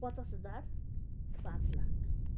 पचास हजार पाँच लाख